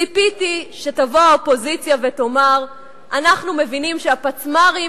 ציפיתי שתבוא האופוזיציה ותאמר: אנחנו מבינים שהפצמ"רים